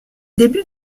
débuts